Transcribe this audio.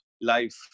life